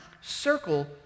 circle